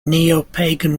neopagan